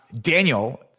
Daniel